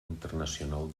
internacional